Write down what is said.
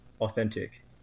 authentic